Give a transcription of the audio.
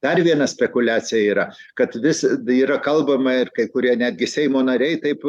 dar viena spekuliacija yra kad vis yra kalbama ir kai kurie netgi seimo nariai taip